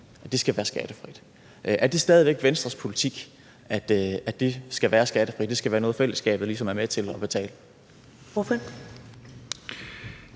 af sin arbejdsgiver. Er det stadig væk Venstres politik, at det skal være skattefrit, altså at det skal være noget, fællesskabet ligesom er med til at betale?